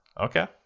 Okay